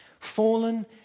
fallen